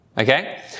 okay